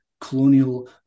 colonial